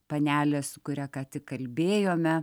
panelė su kuria ką tik kalbėjome